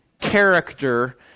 character